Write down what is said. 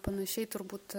panašiai turbūt